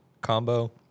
combo